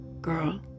girl